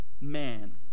man